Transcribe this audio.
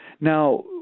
Now